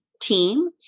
team